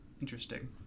interesting